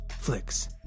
flicks